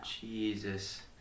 jesus